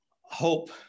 hope